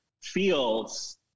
feels